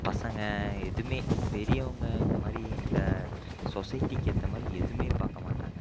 பசங்கள் எதுவுமே பெரியவங்க இந்த மாதிரி இந்த சொசைட்டிக்கு ஏற்ற மாதிரி எதுவுமே பார்க்கமாட்டாங்க